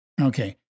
Okay